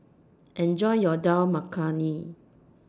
Enjoy your Dal Makhani